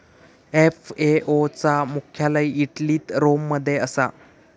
FAO चा मुख्यालय इटलीत रोम मध्ये असा